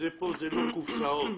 זה לא קופסאות,